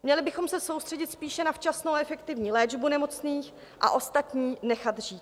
Měli bychom se soustředit spíše na včasnou a efektivní léčbu nemocných a ostatní nechat žít.